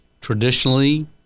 traditionally